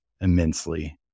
immensely